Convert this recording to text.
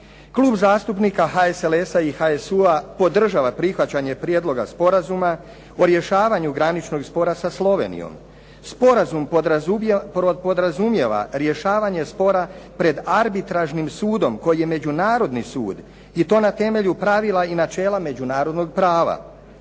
Klub zastupnika HSLS-a i HSU-a podržava prihvaćanje prijedloga sporazuma o rješavanju graničnog spora sa Slovenijom. Sporazum podrazumijeva rješavanje spora pred arbitražnim sudom koji je međunarodni sud i to ne temelju pravila i načela međunarodnog prava.